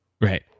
Right